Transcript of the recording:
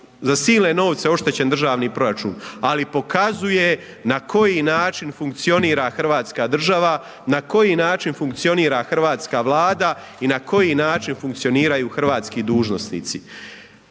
za silne novce oštećen državni proračun, ali pokazuje na koji način funkcionira Hrvatska država, na koji način funkcionira hrvatska vlada i na koji način funkcioniraju hrvatski dužnosnici.